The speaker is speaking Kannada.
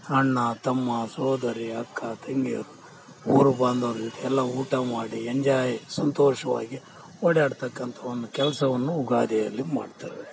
ಅಣ್ಣ ತಮ್ಮ ಸೋದರಿ ಅಕ್ಕ ತಂಗಿಯರು ಊರು ಬಾಂಧವರ ಜೊತೆ ಎಲ್ಲ ಊಟ ಮಾಡಿ ಎಂಜಾಯ್ ಸಂತೋಷವಾಗಿ ಓಡ್ಯಾಡ್ತಾಕಂತ ಒಂದು ಕೆಲಸವನ್ನು ಉಗಾದಿಯಲ್ಲಿ ಮಾಡ್ತೇವೆ